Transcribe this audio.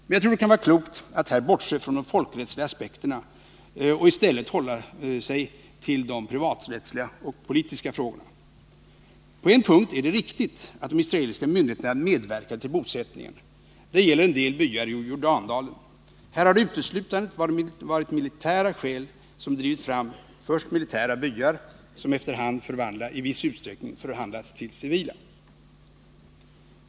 Men jag tror det kan vara klokt att här bortse från de folkrättsliga aspekterna och i stället hålla sig till de privaträttsliga och politiska frågorna. På en punkt är det riktigt att de israeliska myndigheterna medverkade till bosättningen. Det gäller en del byar i Jordandalen. Här har det uteslutande varit militära skäl som drivit fram först militära byar som efter hand i viss utsträckning förvandlats till civila.